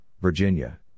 Virginia